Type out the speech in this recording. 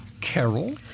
Carol